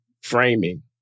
framing